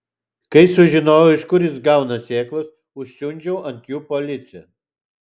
kai sužinojau iš kur jis gauna sėklas užsiundžiau ant jų policiją